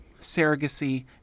surrogacy